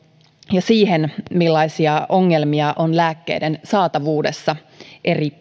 ja siihen millaisia ongelmia on lääkkeiden saatavuudessa eri